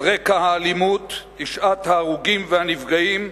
על רקע האלימות, תשעת ההרוגים והנפגעים,